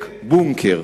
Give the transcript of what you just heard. ומשחק "בונקר".